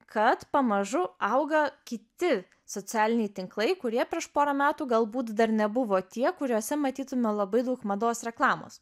kad pamažu auga kiti socialiniai tinklai kurie prieš porą metų galbūt dar nebuvo tie kuriuose matytume labai daug mados reklamos